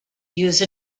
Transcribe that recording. use